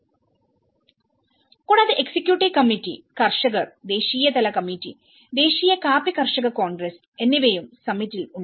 കൂടാതെ executive committee കർഷകർ ദേശീയതല കമ്മിറ്റി ദേശീയ കാപ്പി കർഷക കോൺഗ്രസ് എന്നിവയും സമ്മിറ്റിൽ ഉണ്ട്